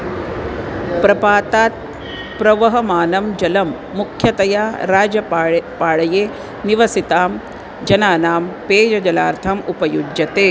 प्रपातात् प्रवाहमानं जलं मुख्यतया राजपालः पालये निवसितां जनानां पेयजलार्थम् उपयुज्यते